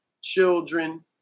children